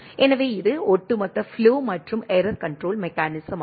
எனவே இது ஒட்டுமொத்த ஃப்ளோ மற்றும் ஏரர் கண்ட்ரோல் மெக்கானிசமாகும்